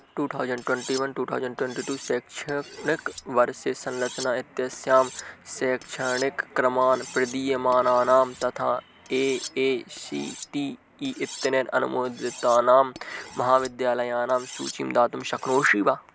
two thousand twenty one two thousand twenty two शैक्षणिकवर्षे संरचना इत्यस्यां शैक्षणिकक्रमान् प्रदीयमानानां तथा A I C T E इत्यनेन अनुमोदितानां महाविद्यालयानां सूचीं दातुं शक्नोषि वा